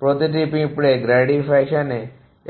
প্রতিটি পিঁপড়া গ্র্যাডি ফ্যাশনে